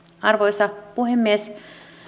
arvoisa puhemies